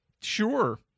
sure